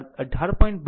2 o છે